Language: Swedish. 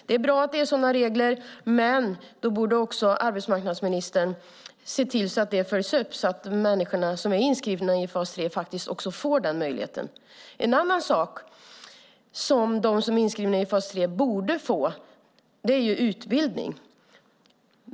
Det är bra att det är sådana regler, men då borde också arbetsmarknadsministern se till att de följs upp, så att de människor som är inskrivna i fas 3 också får den möjligheten. En annan sak som de som är inskrivna i fas 3 borde få är utbildning.